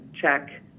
check